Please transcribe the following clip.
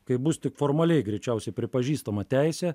kai bus tik formaliai greičiausiai pripažįstama teisė